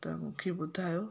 तव्हां मूंखे ॿुधायो